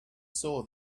saw